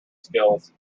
skills